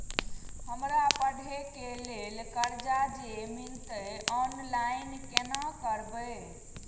हमरा पढ़े के लेल कर्जा जे मिलते ऑनलाइन केना करबे?